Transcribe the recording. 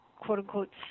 quote-unquote